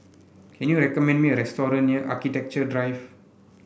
can you recommend me a restaurant near Architecture Drive